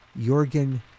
Jorgen